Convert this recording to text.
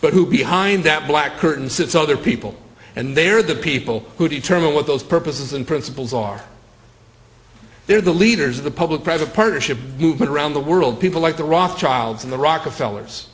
but who behind that black curtain sits other people and they are the people who determine what those purposes and principles are there the leaders of the public private partnership movement around the world people like the rothschilds and the rockefeller's